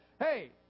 hey